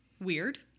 Weird